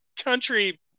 country